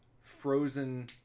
frozen